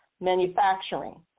manufacturing